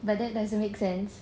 but that doesn't make sense